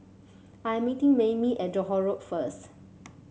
I'm meeting Maymie at Johore Road first